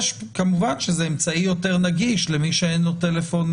כמובן שזה אמצעי יותר נגיש למי שאין לו טלפון